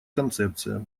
концепция